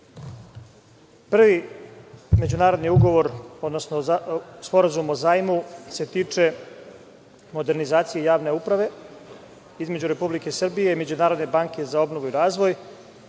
međunarodni ugovor, odnosno sporazum o zajmu se tiče modernizacije javne uprave između Republike Srbije i Međunarodne banke za obnovu i razvoj